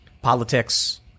politics